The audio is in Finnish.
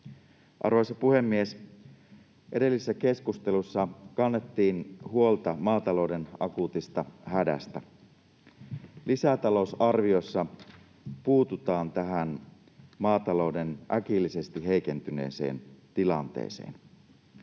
Arvoisa puhemies! Edellisessä keskustelussa kannettiin huolta maatalouden akuutista hädästä. Lisätalousarviossa puututaan tähän maatalouden äkillisesti heikentyneeseen tilanteeseen.